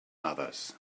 others